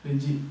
legit